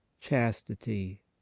chastity